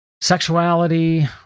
sexuality